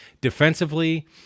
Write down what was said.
defensively